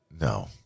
No